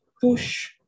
push